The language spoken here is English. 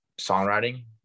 songwriting